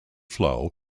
flow